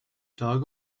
dog